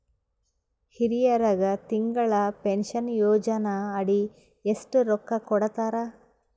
ಹಿರಿಯರಗ ತಿಂಗಳ ಪೀನಷನಯೋಜನ ಅಡಿ ಎಷ್ಟ ರೊಕ್ಕ ಕೊಡತಾರ?